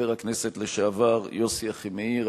חבר הכנסת לשעבר יוסי אחימאיר,